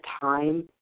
time